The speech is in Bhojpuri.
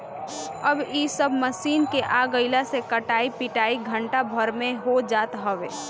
अब इ सब मशीन के आगइला से कटाई पिटाई घंटा भर में हो जात हवे